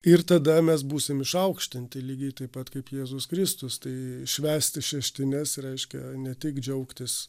ir tada mes būsim išaukštinti lygiai taip pat kaip jėzus kristus tai švęsti šeštines reiškia ne tik džiaugtis